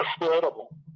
incredible